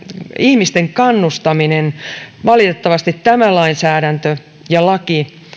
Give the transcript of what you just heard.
ihmisten kannustaminen valitettavasti tämä lainsäädäntö ja laki